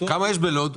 כמה יש בלוד?